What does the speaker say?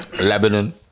Lebanon